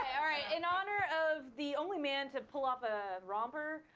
all right. in honor of the only man to pull off a romper,